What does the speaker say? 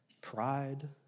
pride